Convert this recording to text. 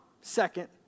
second